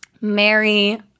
Mary